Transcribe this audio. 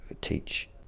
teach